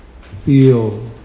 feel